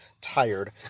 tired